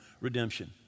redemption